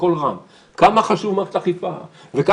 בקול רם כמה חשובה מערכת האכיפה והמשטרה,